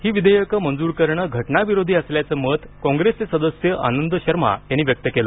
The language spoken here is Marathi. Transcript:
ही विधेयकं मंजूर करणं घटनाविरोधी असल्याचं मत कॉंग्रेसचे सदस्य आनंद शर्मा यांनी व्यक्त केलं